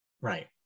Right